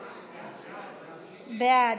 בעד,